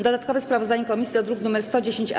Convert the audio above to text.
Dodatkowe sprawozdanie komisji to druk nr 110-A.